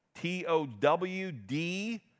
T-O-W-D